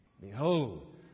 Behold